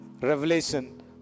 Revelation